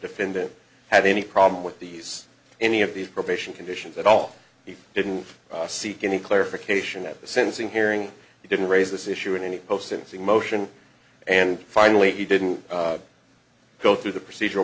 defendant had any problem with these any of these probation conditions at all he didn't seek any clarification at the sentencing hearing he didn't raise this issue in any post since emotion and finally he didn't go through the procedural